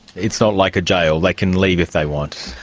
it's not like a jail, they can leave if they want?